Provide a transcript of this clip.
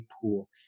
pool